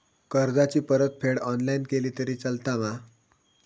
कर्जाची परतफेड ऑनलाइन केली तरी चलता मा?